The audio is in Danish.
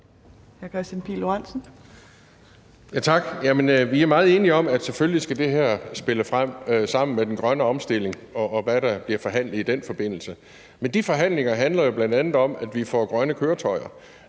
vi er meget enige om, at selvfølgelig skal det her spille sammen med den grønne omstilling, og hvad der bliver forhandlet i den forbindelse. Men de forhandlinger handler jo bl.a. om, at vi får grønne køretøjer.